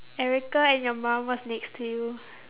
erica and your mum was next to you